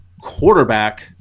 quarterback